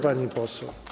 Pani poseł